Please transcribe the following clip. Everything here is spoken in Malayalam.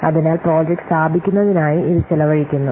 അതിനാൽ പ്രോജക്റ്റ് സ്ഥാപിക്കുന്നതിനായി ഇത് ചെലവഴിക്കുന്നു